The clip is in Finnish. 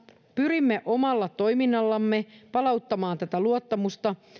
pyrimme omalla toiminnallamme palauttamaan tätä luottamusta